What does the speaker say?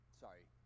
sorry